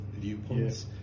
viewpoints